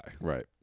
Right